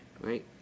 right